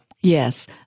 yes